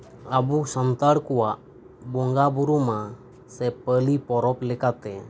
ᱟᱵᱚ ᱥᱟᱱᱛᱟᱲ ᱠᱚᱣᱟᱜ ᱵᱚᱸᱜᱟ ᱵᱩᱨᱩ ᱢᱟ ᱥᱮ ᱯᱟᱹᱞᱤ ᱯᱚᱨᱚᱵᱽ ᱞᱮᱠᱟᱛᱮ